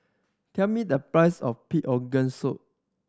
tell me the price of pig organ soup